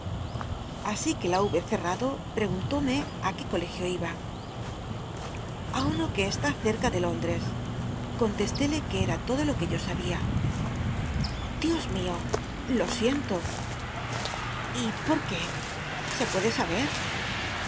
así que la hube ccitado wcgunlómc í ué colegio iba a uno que está cerca de j ómh'cs contcslélc que cm todo lo que yo sabia dios mio lo siento y pot qué se puede saber